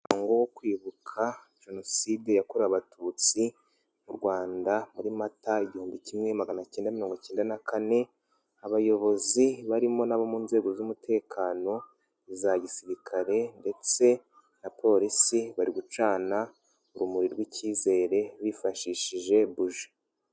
Umuhango wo kwibuka Jenoside yakorewe Abatutsi mu rwanda muri Mata igihumbi kimwe maganacyenda mirongo cyenda na kane, abayobozi barimo n'abo mu nzego z'umutekano za gisirikare ndetse na polisi, bari gucana urumuri rw'icyizere bifashishije buji.